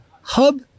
Hub